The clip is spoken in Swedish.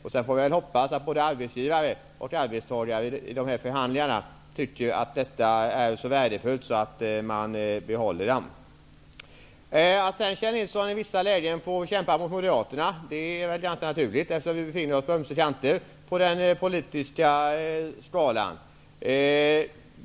Vi får sedan hoppas att både arbetsgivare och arbetstagare i förhandlingarna tycker att företagshälsovården är så värdefull att man behåller den. Att Kjell Nilsson i vissa lägen får kämpa mot Moderaterna är ganska naturligt, eftersom vi befinner oss i motsatta ändar av den politiska skalan.